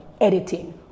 editing